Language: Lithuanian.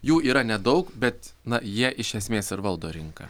jų yra nedaug bet na jie iš esmės ir valdo rinką